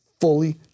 fully